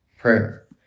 prayer